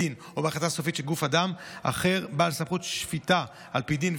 דין או בהחלטה סופית של גוף או אדם אחר בעל סמכות שפיטה על פי דין,